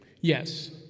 Yes